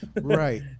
Right